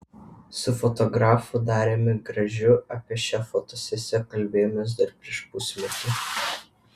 su fotografu dariumi gražiu apie šią fotosesiją kalbėjomės dar prieš pusmetį